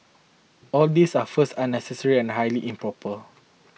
all these are first unnecessary and highly improper